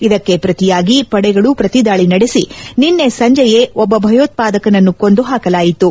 ಇದಕ್ಕೆ ಪ್ರತಿಯಾಗಿ ಪಡೆಗಳೂ ಪ್ರತಿದಾಳಿ ನಡೆಸಿ ನಿನ್ನೆ ಸಂಜೆಯೇ ಒಬ್ಲ ಭಯೋತ್ವಾದಕನನ್ನು ಕೊಂದು ಹಾಕಲಾಯಿತು